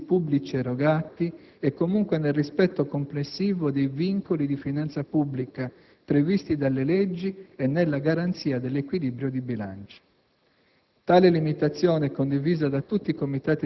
qualitativo e quantitativo, dei servizi pubblici erogati e comunque nel rispetto complessivo dei vincoli di finanza pubblica previsti dalle leggi e nella garanzia dell'equilibrio di bilancio.